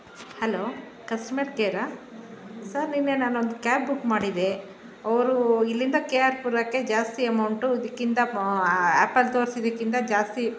hello customer care sir ನಿನ್ನೆ ನಾನೊಂದು cab book ಮಾಡಿದೆ ಅವರು ಇಲ್ಲಿಂದ ಕೆ ಆರ್ ಪುರಕ್ಕೆ ಜಾಸ್ತಿ ಅಮೌಂಟು ಇದಕ್ಕಿಂತ ಆ್ಯಪಲ್ಲಿ ತೋರ್ಸಿದ್ದಕ್ಕಿಂತ ಜಾಸ್ತಿ